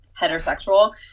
heterosexual